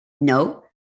No